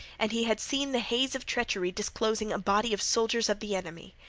and he had seen the haze of treachery disclosing a body of soldiers of the enemy.